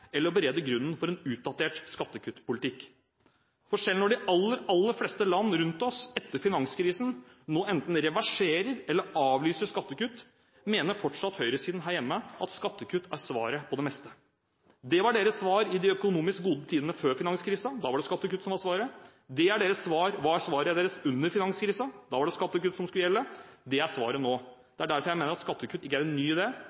eller å berede grunnen for en utdatert skattekuttpolitikk. Selv når de aller fleste land rundt oss etter finanskrisen nå enten reverserer eller avlyser skattekutt, mener fortsatt høyresiden her hjemme at skattekutt er svaret på det meste. Det var deres svar i de økonomisk gode tidene før finanskrisen, da var det skattekutt som var svaret. Det var svaret deres under finanskrisen, da var det skattekutt som skulle gjelde. Det er svaret nå. Det er derfor jeg mener at skattekutt ikke er en ny